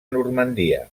normandia